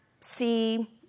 see